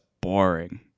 boring